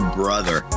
brother